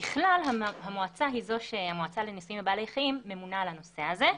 וככלל המועצה לניסויים בבעלי חיים ממונה על הנושא הזה,